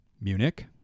Munich